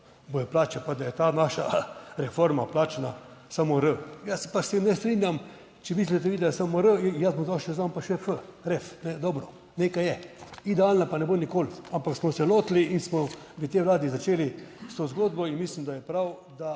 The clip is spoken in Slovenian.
bodo plače, pa da je ta naša reforma plačana samo R. Jaz se pa s tem ne strinjam. Če mislite vi, da je samo R, jaz bom dal seznam pa še v F. Dobro, nekaj je, idealna pa ne bo nikoli, ampak smo se lotili in smo v tej Vladi začeli s to zgodbo in mislim, da je prav,